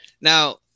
Now